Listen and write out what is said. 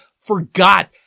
forgot